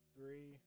Three